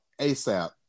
ASAP